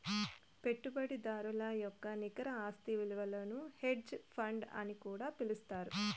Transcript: పెట్టుబడిదారుల యొక్క నికర ఆస్తి ఇలువను హెడ్జ్ ఫండ్ అని కూడా పిలుత్తారు